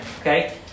Okay